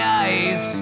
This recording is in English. eyes